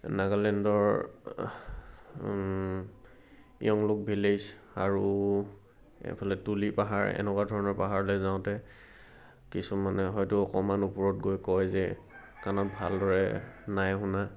নাগালেণ্ডৰ ইয়ংলোক ভিলেজ আৰু এফালে তুলি পাহাৰ এনেকুৱা ধৰণৰ পাহাৰলে যাওঁতে কিছুমানে হয়তো অকণমান ওপৰত গৈ কয় যে কাণত ভালদৰে নাই শুনা